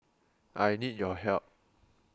I need your help